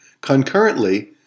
Concurrently